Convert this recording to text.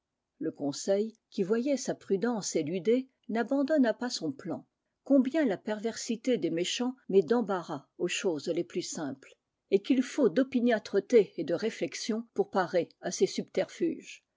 le conseil qui voyait sa prudence éludée n'abandonna pas son plan combien la perversité des méchants met d'embarras aux choses les plus simples et qu'il faut d'opiniâtreté et de réflexions pour parer a ces subterfuges